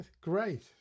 Great